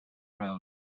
road